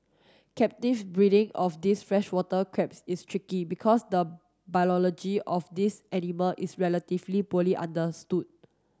captive breeding of these freshwater crabs is tricky because the of these animal is relatively poorly understood